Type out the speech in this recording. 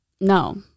No